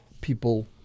People